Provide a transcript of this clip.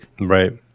Right